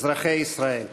אזרחי ישראל,